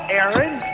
Aaron